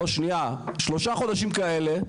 לא, שנייה, שלושה חודשים כאלה.